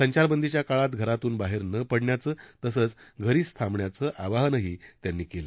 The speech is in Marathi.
संचारबंदीच्या काळात घरातून बाहेर न पडण्याचं तसंच घरीच थांबण्याचं आवाहनही त्यांनी केलं